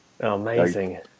amazing